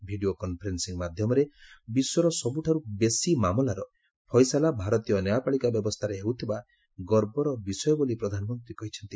video conferencing ମାଧ୍ୟମରେ ବିଶ୍ୱର ସବୁଠାରୁ ବେଶୀ ମାମଲାର ଫଇସଲା ଭାରତୀୟ ନ୍ୟାୟପାଳିକା ବ୍ୟବସ୍ଥାରେ ହେଉଥିବା ଗର୍ବର ବିଷୟ ବୋଲି ପ୍ରଧାନମନ୍ତ୍ରୀ କହିଛନ୍ତି